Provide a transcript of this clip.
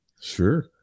Sure